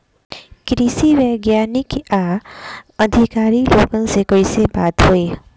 कृषि वैज्ञानिक या अधिकारी लोगन से कैसे बात होई?